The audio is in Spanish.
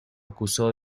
acusó